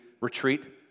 retreat